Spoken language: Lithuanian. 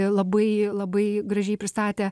labai labai gražiai pristatė